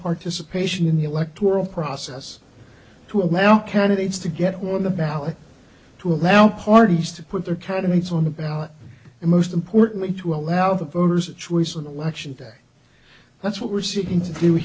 participation in the electoral process to allow candidates to get on the ballot to allow parties to put their candidates on the ballot and most importantly to allow the voters a choice on election day that's what we're